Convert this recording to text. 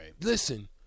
Listen